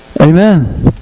Amen